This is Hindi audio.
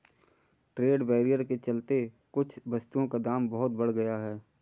ट्रेड बैरियर के चलते कुछ वस्तुओं का दाम बहुत बढ़ गया है